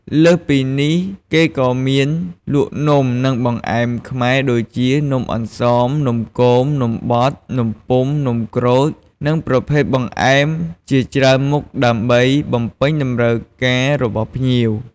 លើសពីនេះ គេក៏មានលក់នំ និងបង្អែមខ្មែរដូចជា នំអន្សម នំគម នំបត់ នំពុម្ភ នំក្រូច និងប្រភេទបង្អែមជាច្រើនមុខដើម្បីបំពេញតម្រូវការរបស់ភ្ញៀវ។